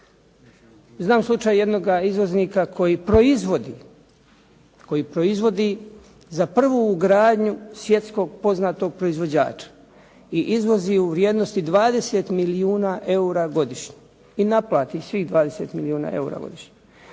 Znam slučaj jednoga izvoznika koji proizvodi za prvu ugradnju svjetskog poznatog proizvođača i izvozi u vrijednosti 20 milijuna eura godišnje i naplati svih 20 milijuna eura godišnje.